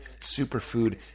superfood